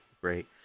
great